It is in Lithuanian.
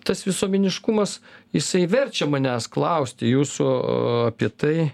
tas visuomeniškumas jisai verčia manęs klausti jūsų apie tai